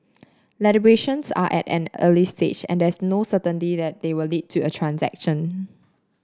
are at an early stage and there's no certainty that they will lead to a transaction